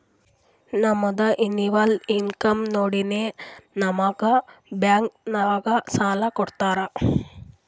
ನಮ್ದು ಎನ್ನವಲ್ ಇನ್ಕಮ್ ನೋಡಿನೇ ನಮುಗ್ ಬ್ಯಾಂಕ್ ನಾಗ್ ಸಾಲ ಕೊಡ್ತಾರ